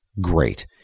great